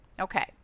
Okay